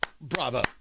Bravo